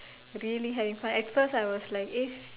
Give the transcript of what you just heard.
really having fun at first I was like if